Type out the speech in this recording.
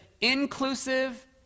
inclusive